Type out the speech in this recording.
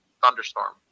Thunderstorm